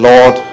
Lord